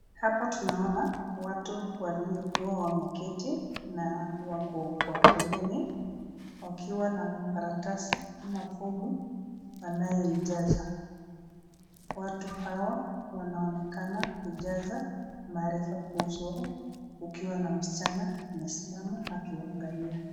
Hapa tunaona watu waliokuwa wameketi na wako kwa foleni wakiwa na makaratasi ama fomu anayoijaza, watu hawa wanaonekana kujaza marifa kuhusu ukiwa na msichana amesimama akiwaangalia.